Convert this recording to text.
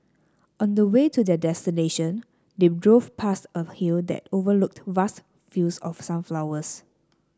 on the way to their destination they drove past a hill that overlooked vast fields of sunflowers